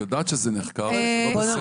את יודעת שזה נחקר וזה לא בסדר.